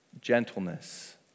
gentleness